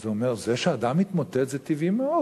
אז הוא אומר: זה שאדם התמוטט זה טבעי מאוד,